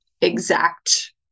exact